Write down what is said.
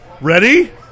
Ready